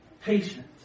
patient